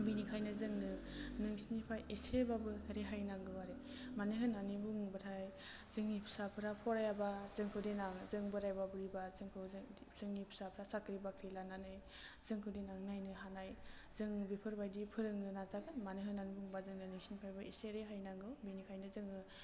बेनिखायनो जोंनो नोंसिनिफाय एसेबाबो रेहाय नांगौ आरो मानो होन्नानै बुङोबाथाइ जोंनि फिसाफ्रा फरायाबा जोंखौ देनां जों बोरायबा बुरिबा जोंखौ जोंनि फिसाफ्रा साख्रि बाख्रि लानानै जोंखौ देनां नायनो हानाय जों बेफोरबायदि फोरोंनो नाजागोन मानो होन्नानै बुङोबा जोंनो नोंसिनिफ्रायबो एसे रेहाय नांगौ बेनिखायनो जोङो